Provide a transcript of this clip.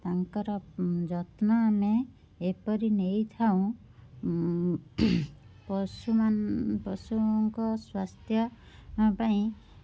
ତାଙ୍କର ଯତ୍ନ ଆମେ ଏପରି ନେଇଥାଉ ପଶୁମାନ ପଶୁଙ୍କ ସ୍ୱାସ୍ଥ୍ୟ ପାଇଁ